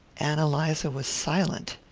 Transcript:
ann eliza was silent.